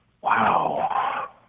Wow